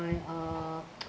my uh